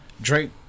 Drake